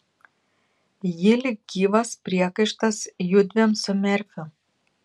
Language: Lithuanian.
ji lyg gyvas priekaištas jiedviem su merfiu